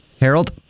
Harold